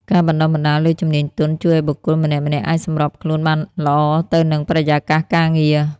ការបណ្តុះបណ្តាលលើជំនាញទន់ជួយឱ្យបុគ្គលម្នាក់ៗអាចសម្របខ្លួនបានល្អទៅនឹងបរិយាកាសការងារ។